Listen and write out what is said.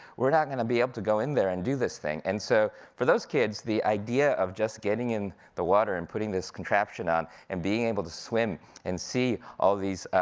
we're not gonna be able to go in there and do this thing. and so for those kids, the idea of just getting in the water and putting this contraption on, and being able to swim and see all these,